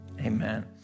Amen